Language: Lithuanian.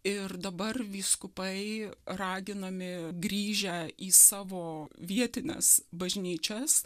ir dabar vyskupai raginami grįžę į savo vietines bažnyčias